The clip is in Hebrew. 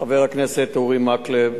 חבר הכנסת אורי מקלב